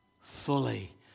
fully